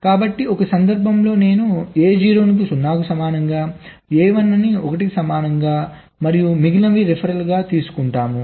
కాబట్టి ఒక సందర్భంలో నేను A0 ను 0 కు సమానంగా A1 ని 1 కు సమానంగా మరియు మిగిలినవి రివర్స్ గా తీసుకుంటాము